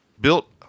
built